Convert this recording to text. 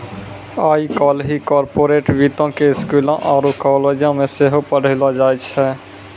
आइ काल्हि कार्पोरेट वित्तो के स्कूलो आरु कालेजो मे सेहो पढ़ैलो जाय छै